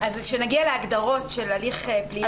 אז כשנגיע להגדרות של הליך פלילי והורשע.